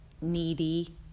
needy